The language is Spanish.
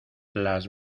las